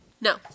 No